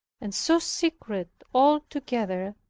and so secret, all together,